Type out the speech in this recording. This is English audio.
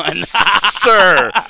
Sir